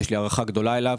שיש לי הערכה גדולה אליו,